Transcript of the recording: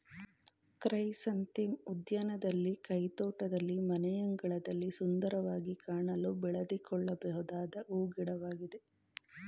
chrysanthemum ಉದ್ಯಾನವನದಲ್ಲಿ, ಕೈತೋಟದಲ್ಲಿ, ಮನೆಯಂಗಳದಲ್ಲಿ ಸುಂದರವಾಗಿ ಕಾಣಲು ಬೆಳೆದುಕೊಳ್ಳಬೊದಾದ ಹೂ ಗಿಡವಾಗಿದೆ